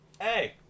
Hey